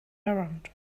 errand